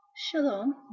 Shalom